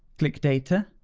click data,